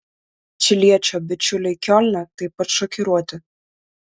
čiliečio bičiuliai kiolne taip pat šokiruoti